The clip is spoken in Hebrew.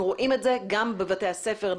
אנחנו רואים את זה גם בבתי הספר.